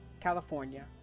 California